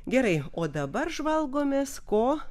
gerai o dabar žvalgomės ko